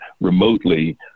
remotely